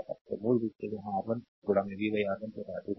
तो मूल रूप से यह R1 v R1 R2 है